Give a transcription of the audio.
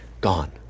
gone